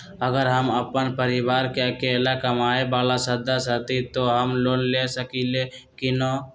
अगर हम अपन परिवार में अकेला कमाये वाला सदस्य हती त हम लोन ले सकेली की न?